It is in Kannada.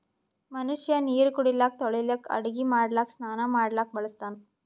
ಮನಷ್ಯಾ ನೀರು ಕುಡಿಲಿಕ್ಕ ತೊಳಿಲಿಕ್ಕ ಅಡಗಿ ಮಾಡ್ಲಕ್ಕ ಸ್ನಾನಾ ಮಾಡ್ಲಕ್ಕ ಬಳಸ್ತಾನ್